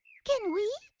can we?